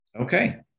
Okay